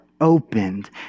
opened